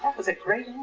was a great